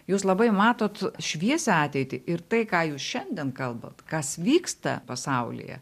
jūs labai matote šviesią ateitį ir tai ką jūs šiandien kalbate kas vyksta pasaulyje